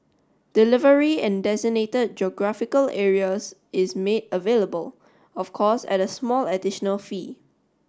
delivery in designated geographical areas is made available of course at a small additional fee